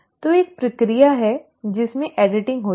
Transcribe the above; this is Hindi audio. तो एक प्रक्रिया है जिसमें एडिटिंग होती है